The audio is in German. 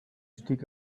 stieg